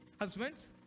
husbands